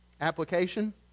Application